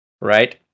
Right